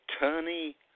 attorney